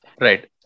Right